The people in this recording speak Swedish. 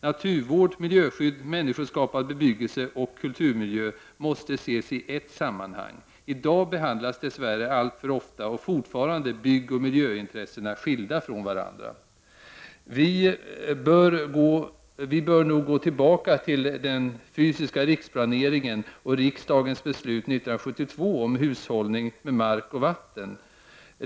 Naturvård, miljöskydd, människoskapad bebyggelse och kulturmiljö måste ses i ett sammanhang. I dag behandlas dess värre alltför ofta, och fortfarande, byggoch miljöintressen skilda från varandra. Vi bör gå tillbaka till den fysiska riksplaneringen och riksdagens beslut 1972 om hushållning med mark och vatten.